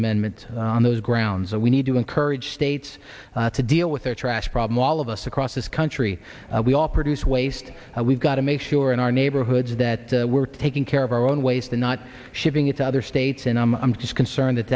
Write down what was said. amendment on those grounds and we need to encourage states to deal with their trash problem all of us across this country we all produce waste we've got to make sure in our neighborhoods that we're taking care of our own ways to not shipping it to other states and i'm just concerned that